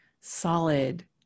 solid